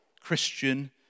Christian